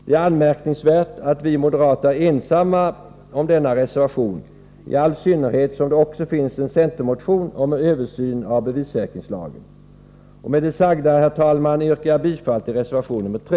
Det är anmärkningsvärt att vi moderater är ensamma om denna reservation, i all synnerhet som det också finns en centermotion om en översyn av bevissäkringslagen. Med det sagda, herr talman, yrkar jag bifall till reservation 3.